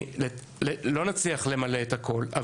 לא נצליח למלא את הכול.